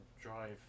drive